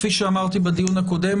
כפי שאמרתי בדיון הקודם,